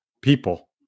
people